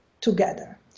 together